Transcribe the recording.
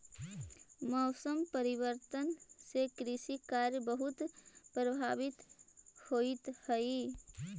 मौसम परिवर्तन से कृषि कार्य बहुत प्रभावित होइत हई